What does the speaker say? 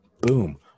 boom